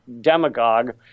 demagogue